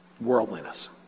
worldliness